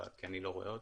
כי אני לא רואה אותה.